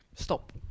stop